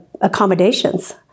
accommodations